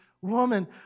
woman